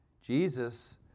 Jesus